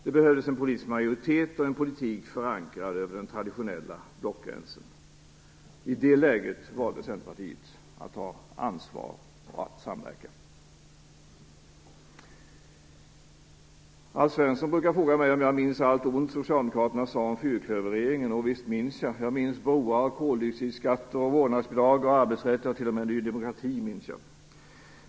Det behövdes en politisk majoritet och en politik förankrad över den traditionella blockgränsen. I det läget valde Centerpartiet att ta ansvar och samverka. Alf Svensson brukar fråga mig och jag minns allt ont som Socialdemokraterna sade om fyrklöverregeringen. Visst minns jag: broar, koldioxidskatter, vårdnadsbidrag, arbetsrätt, ja t.om. Ny demokrati.